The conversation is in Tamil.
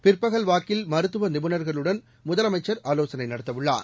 பிற்பகல்வாக்கில் மருத்துவ நிபுணர்களுடன் முதலமைச்சர் ஆலோசனை நடத்தவுள்ளார்